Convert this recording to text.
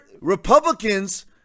Republicans